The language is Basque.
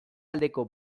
aldeko